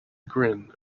grin